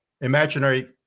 imaginary